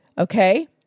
okay